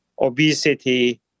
obesity